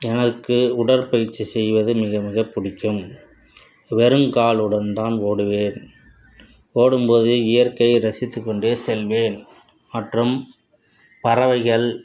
எனக்கு உடற்பயிற்சி செய்வது மிக மிகப் பிடிக்கும் வெறும் காலுடன் தான் ஓடுவேன் ஓடும் போது இயற்கையை ரசித்துக்கொண்டே செல்வேன் மற்றும் பறவைகள்